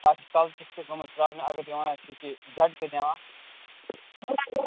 اَتھ چھِ کَلچس تہِ گٲمٕژ پرٛابلِم اگر دِوان آسہِ ہے یہِ جھٹکہٕ دِوان